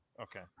Okay